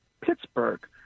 Pittsburgh